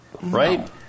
right